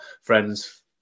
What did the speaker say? friends